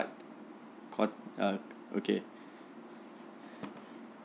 cut err okay